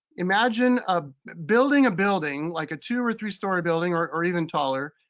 imagine um building a building, like a two or three story building, or or even taller.